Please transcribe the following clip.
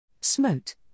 smote